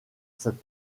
cette